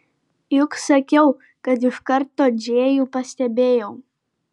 juk sakiau kad iš karto džėjų pastebėjau